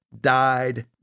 died